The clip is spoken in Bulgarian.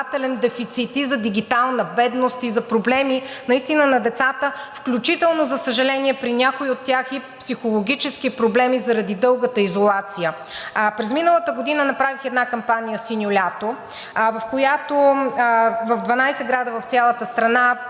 за дигитална бедност, и за проблеми наистина на децата, включително, за съжаление, при някои от тях и психологически проблеми заради дългата изолация. През миналата година направих една кампания „Синьо лято“. В 12 града в цялата страна